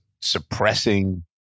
suppressing